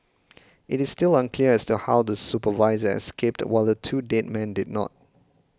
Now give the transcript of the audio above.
it is still unclear as to how the supervisor escaped while the two dead men did not